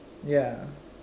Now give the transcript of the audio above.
ya